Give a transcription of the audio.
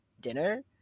dinner